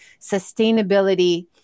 sustainability